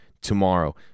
tomorrow